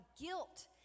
guilt